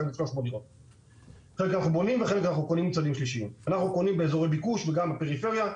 אנחנו קונים באזורי ביקוש וגם בפריפריה.